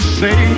say